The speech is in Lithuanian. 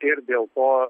ir dėl to